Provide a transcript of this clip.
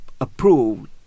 approved